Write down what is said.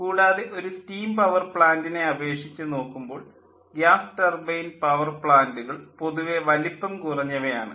കൂടാതെ ഒരു steam power പ്ലാൻ്റിനെ അപേക്ഷിച്ച് നോക്കുമ്പോൾ ഗ്യാസ് ടർബൈൻ പവർ പ്ലാൻ്റുകൾ പൊതുവേ വലിപ്പം കുറഞ്ഞവയാണ്